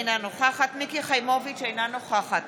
אינה נוכחת מיקי חיימוביץ' אינה נוכחת